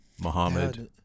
Muhammad